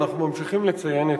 ואנחנו ממשיכים לציין,